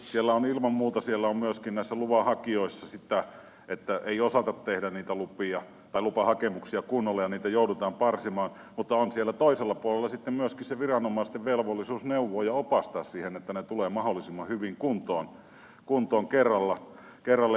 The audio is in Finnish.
siellä on ilman muuta myöskin näissä luvanhakijoissa sitä että ei osata tehdä niitä lupahakemuksia kunnolla ja niitä joudutaan parsimaan mutta on siellä toisella puolella sitten myöskin se viranomaisten velvollisuus neuvoa ja opastaa siihen että ne tulevat mahdollisimman hyvin kuntoon kerralla